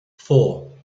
four